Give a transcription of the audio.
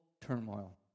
turmoil